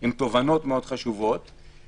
עם תובנות חשובות מאוד.